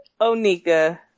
Onika